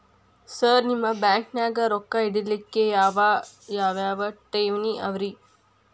Sir ನಿಮ್ಮ ಬ್ಯಾಂಕನಾಗ ರೊಕ್ಕ ಇಡಲಿಕ್ಕೆ ಯಾವ್ ಯಾವ್ ಠೇವಣಿ ಅವ ರಿ?